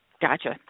Gotcha